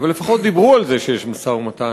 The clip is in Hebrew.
אבל לפחות דיברו על זה שיש משא-ומתן,